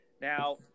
now